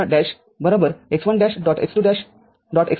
x2